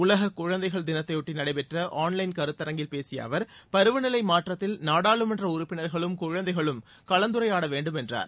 உலக குழந்தைகள் தினத்தையொட்டி நடைபெற்ற ஆன்லைன் கருத்தரங்கில் பேசிய அவர் பருவநிலை மாற்றத்தில் நாடாளுமன்ற உறுப்பினர்களும் குழந்தைகளும் கலந்துரையாட வேண்டும் என்றார்